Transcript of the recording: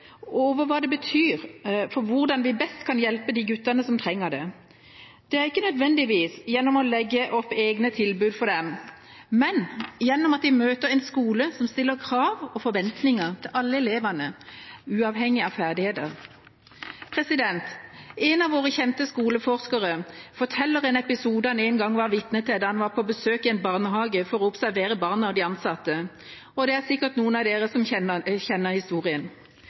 og over hva det betyr for hvordan vi best kan hjelpe de guttene som trenger det. Det er ikke nødvendigvis gjennom å legge opp egne tilbud for dem, men gjennom at de møter en skole som stiller krav og forventninger til alle elevene, uavhengig av ferdigheter. En av våre kjente skoleforskere forteller om en episode han en gang var vitne til da han var på besøk i en barnehage for å observere barna og de ansatte. Det er sikkert noen av dere som kjenner historien: